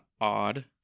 odd